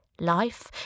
life